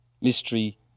mystery